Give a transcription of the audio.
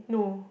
no